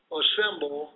assemble